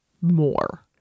more